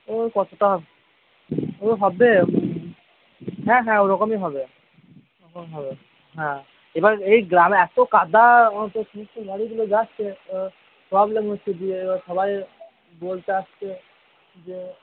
ওই কতটা ওই হবে হ্যাঁ হ্যাঁ ওইরকমই হবে ওইরকম হবে হ্যাঁ এবার এই গ্রামে এত কাদা গাড়িগুলো যাচ্ছে প্রবলেম হচ্ছে দিয়ে সবাই বলতে আসছে যে